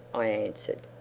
i answered,